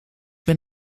ben